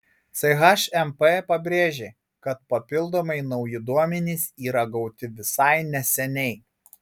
chmp pabrėžė kad papildomai nauji duomenys yra gauti visai neseniai